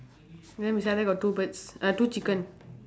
then beside there got two birds uh two chicken